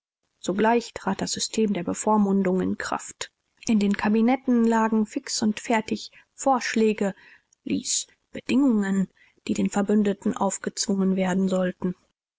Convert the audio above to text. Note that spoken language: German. sogleich trat das system der bevormundung in kraft in den kabinetten lagen fix und fertig vorschläge lies bedingungen die den verbündeten aufgezwungen werden sollten